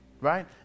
right